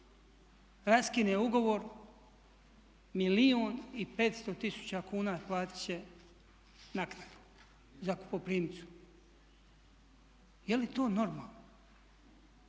raskine ugovor milijun i petsto tisuća kuna platit će naknadu zakupoprimcu. Je li to normalno?